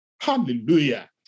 Hallelujah